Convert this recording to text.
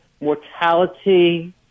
mortality